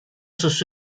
sus